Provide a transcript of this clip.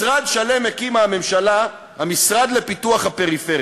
משרד שלם הקימה הממשלה, המשרד לפיתוח הפריפריה.